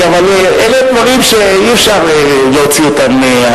אלה הם דברים שאי-אפשר להוציא אותם,